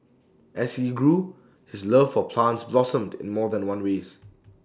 as he grew his love for plants blossomed in more than one ways